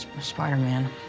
Spider-Man